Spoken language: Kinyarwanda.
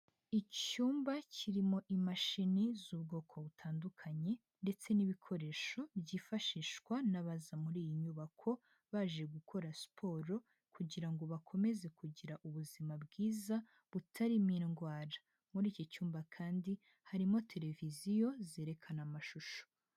Icyumba kirimo imashini z'ubwoko butandukanye ndetse n'ibikoresho byifashishwa n'abaza muri iyi nyubako baje gukora siporo kugira ngo bakomeze kugira ubuzima bwiza butarimo indwara. Muri iki cyumba kandi harimo televiziyo zerekana amashusho.